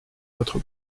notre